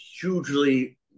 hugely